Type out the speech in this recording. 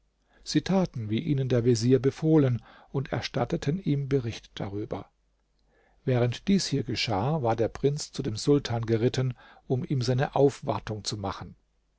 sie taten wie ihnen der vezier befohlen und erstatteten ihm bericht darüber während dies hier geschah war der prinz zu dem sultan geritten um ihm seine aufwartung zu machen